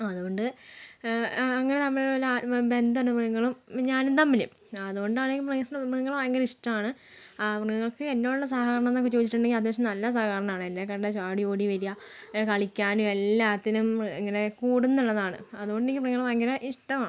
അതുകൊണ്ട് അങ്ങനെ നമ്മൾ തമ്മിൽ ആത്മബന്ധമുണ്ട് മൃഗങ്ങളും ഞാനും തമ്മിൽ അതുകൊണ്ടാണങ്കിൽ മൃഗങ്ങളെ ഭയങ്കര ഇഷ്ടമാണ് ആ മൃഗങ്ങൾക്ക് എന്നോടുള്ള സഹകരണം എന്നൊക്കെ ചോദിച്ചിട്ടുണ്ടെങ്കിൽ അത്യാവശ്യം നല്ല സഹകരണമാണ് എന്നെ കണ്ടാൽ ചാടി ഓടി വരിക കളിക്കാനും എല്ലാത്തിനും ഇങ്ങനെ കൂടും എന്നുള്ളതാണ് അതോണ്ടെനിക്ക് മൃഗങ്ങളെ ഭയങ്കര ഇഷ്ടമാണ്